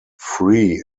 free